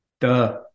Duh